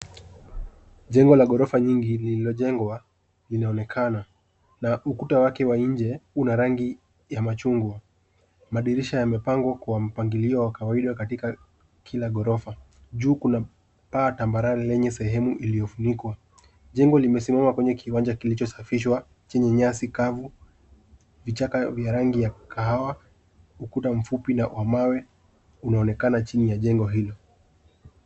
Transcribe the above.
Jengo la ghorofa nyingi lililojengwa, inaonekana na ukuta wake wa nje una rangi ya machungwa. Madirisha yamepangwa kwa mpangilio wa kawaida katika kila ghorofa. Juu kuna paa tambarare lenye sehemu iliyofunikwa. Jengo limesimama kwenye kiwanja kilichosafishwa chenye nyasi kavu, vichaka vya rangi ya kahawa, ukuta mfupi na wa mawe unaonekana chini ya jengo hilo.